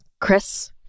Chris